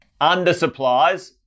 undersupplies